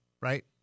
Right